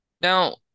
Now